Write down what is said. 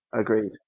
Agreed